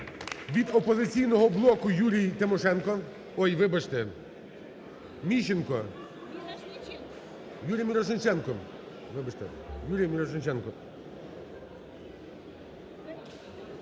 Від "Опозиційного блоку" Юрій Тимошенко. Ой, вибачте, Міщенко. Юрій Мірошниченко.